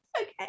Okay